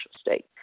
state